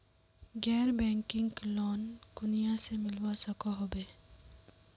गैर banking loan कुनियाँ से मिलवा सकोहो होबे?